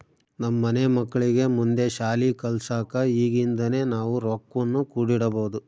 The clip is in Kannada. ನಮ್ಮ ಮನೆ ಮಕ್ಕಳಿಗೆ ಮುಂದೆ ಶಾಲಿ ಕಲ್ಸಕ ಈಗಿಂದನೇ ನಾವು ರೊಕ್ವನ್ನು ಕೂಡಿಡಬೋದು